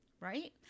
right